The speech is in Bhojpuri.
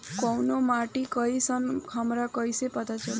कोउन माटी कई सन बा हमरा कई से पता चली?